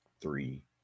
Three